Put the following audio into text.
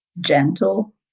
gentle